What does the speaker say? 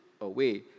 away